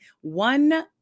one